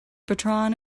patron